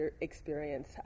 experience